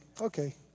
okay